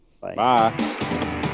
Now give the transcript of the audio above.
Bye